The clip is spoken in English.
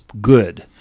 good